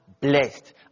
blessed